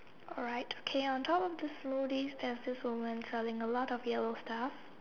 alright okay on top of the smoothies there's this woman selling a lot of yellow stuff